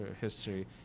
history